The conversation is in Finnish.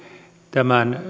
tämän